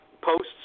posts